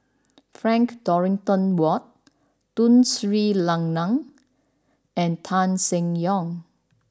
Frank Dorrington Ward Tun Sri Lanang and Tan Seng Yong